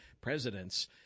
presidents